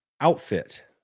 outfit